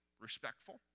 respectful